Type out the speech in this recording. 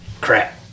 crap